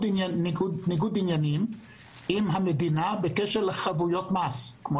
ניגוד עניינים מול המדינה בקשר לחבויות מס ( כמו